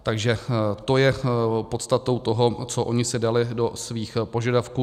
Takže to je podstatou toho, co oni si dali do svých požadavků.